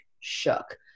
shook